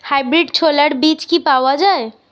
Hybrid ছোলার বীজ কি পাওয়া য়ায়?